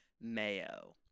Mayo